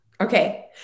Okay